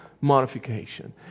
modification